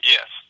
Yes